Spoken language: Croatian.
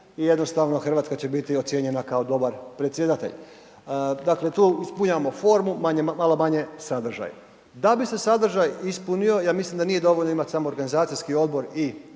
i jednostavno RH će biti ocijenjena kao dobar predsjedatelj. Dakle, tu ispunjavamo formu, manje, malo manje sadržaj. Da bi se sadržaj ispunio ja mislim da nije dovoljno imati samo organizaciji odbor i